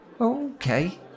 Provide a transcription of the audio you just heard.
Okay